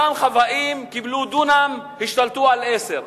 אותם חוואים קיבלו דונם, השתלטו על עשרה.